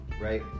right